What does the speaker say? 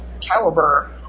caliber